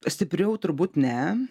stipriau turbūt ne